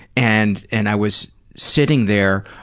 and and i was sitting there,